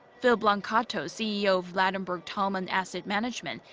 phil blancato, ceo of ladenburg thalmann asset management,